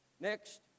Next